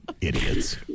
Idiots